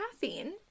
caffeine